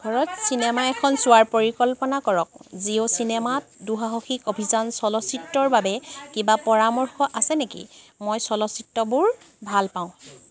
ঘৰত চিনেমা এখন চোৱাৰ পৰিকল্পনা কৰক জিঅ' চিনেমাত দুঃসাহসিক অভিযান চলচ্চিত্ৰৰ বাবে কিবা পৰামৰ্শ আছে নেকি মই চলচ্চিত্ৰবোৰ ভালপাওঁ